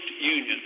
union